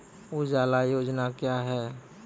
उजाला योजना क्या हैं?